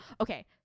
okay